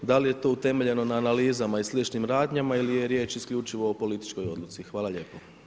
Da li je to utemeljeno na analizama i sličnim radnjama ili je riječ isključivo o političkoj odluci, hvala lijepo.